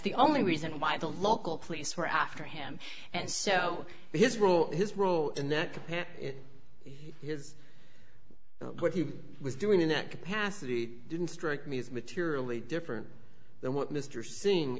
the only reason why the local police were after him and so his role his role in the pit his what he was doing in that capacity didn't strike me as materially different than what mr sing